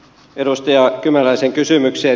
edustaja kymäläisen kysymykseen